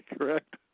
correct